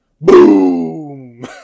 Boom